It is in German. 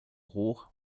hoch